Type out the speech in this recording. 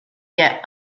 yet